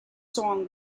song